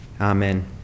Amen